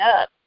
up